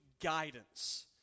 guidance